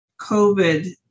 COVID